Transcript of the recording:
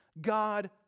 God